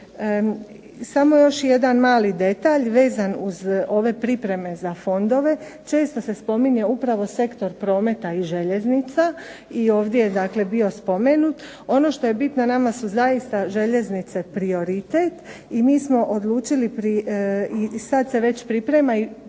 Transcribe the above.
Samo još jedan mali detalj vezan uz ove pripreme za fondove. Često se spominje upravo sektor prometa i željeznica i ovdje je bio spomenut. Ono što je bitno nama su zaista željeznice prioritet i mi smo odlučili i sada se već priprema